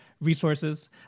resources